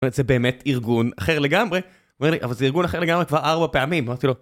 זה באמת ארגון אחר לגמרי, אומר לי, אבל זה ארגון אחר לגמרי כבר ארבע פעמים. אמרתי לו